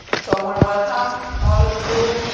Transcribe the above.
so i want to welcome all of you,